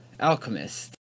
Alchemist